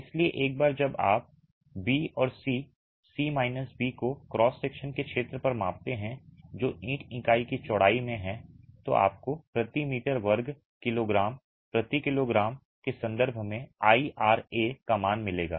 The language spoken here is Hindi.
इसलिए एक बार जब आप बी और सी सी माइनस बी को क्रॉस सेक्शन के क्षेत्र पर मापते हैं जो ईंट इकाई की चौड़ाई में है तो आपको प्रति मीटर वर्ग किलोग्राम प्रति किलोग्राम किलोग्राम के संदर्भ में IRA का मान मिलेगा